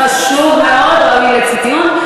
חשוב מאוד, ראוי לציון.